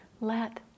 let